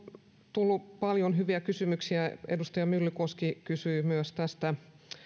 tullut paljon hyviä kysymyksiä edustaja myllykoski kysyi myös tästä